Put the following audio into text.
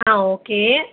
ஆ okay